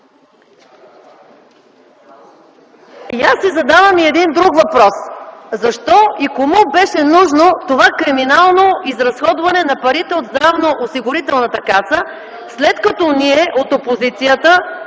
Аз си задавам и един друг въпрос: защо и кому беше нужно това криминално изразходване на парите от Здравноосигурителната каса (реплика от ГЕРБ), след като ние от опозицията